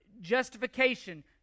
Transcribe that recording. justification